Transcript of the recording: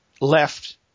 left